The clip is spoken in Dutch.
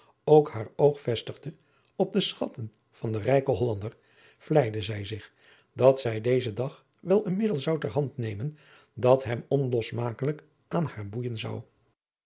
ook haar oog vestigde op de schatten van den rijken hollander vleide zij zich dat zij dezen dag wel een middel zou ter hand nemen dat hem onlosmakelijk aan haar boeijen zou